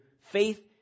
faith